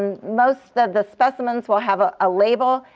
um most of the specimens will have ah a label.